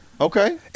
Okay